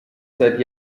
seit